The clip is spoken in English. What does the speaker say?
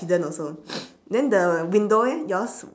hidden also then the window eh yours